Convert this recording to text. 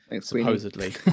supposedly